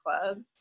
club